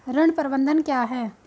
ऋण प्रबंधन क्या है?